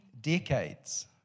decades